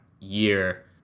year